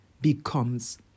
becomes